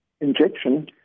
injection